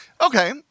Okay